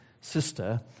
sister